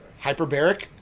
hyperbaric